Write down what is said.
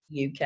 UK